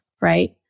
right